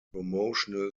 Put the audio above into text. promotional